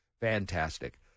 Fantastic